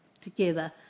together